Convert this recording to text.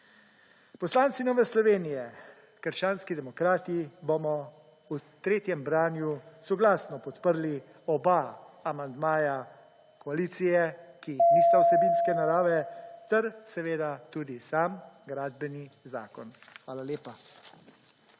Poslanci Nove Slovenije – krščanski demokrati bomo v tretjem branju soglasno podprli oba amandmaja koalicije, ki nista vsebinske narave ter seveda tudi sam gradbeni zakon. Hvala lepa.